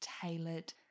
tailored